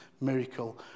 miracle